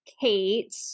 Kate